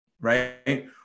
right